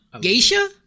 geisha